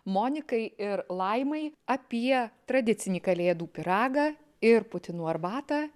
monikai ir laimai apie tradicinį kalėdų pyragą ir putinų arbatą